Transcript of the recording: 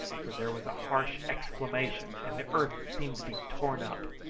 for there was a harsh exclamation and the earth seemed to be torn up.